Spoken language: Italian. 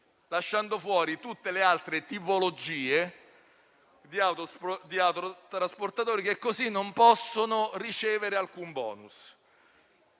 lasciando fuori tutte le altre tipologie di autotrasportatori che così non possono ricevere alcun *bonus*.